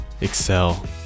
excel